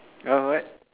uh what